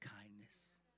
kindness